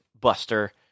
Buster